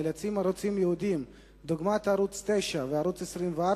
ערוצים ייעודיים דוגמת ערוץ-9 וערוץ-24